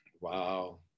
wow